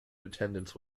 attendance